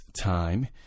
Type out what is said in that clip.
Time